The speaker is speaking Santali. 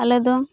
ᱟᱞᱮ ᱫᱚ